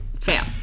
Fam